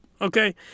okay